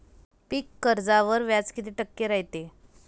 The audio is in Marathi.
पीक कर्जावर व्याज किती टक्के रायते?